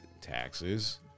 taxes